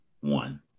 one